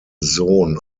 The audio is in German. sohn